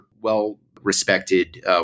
well-respected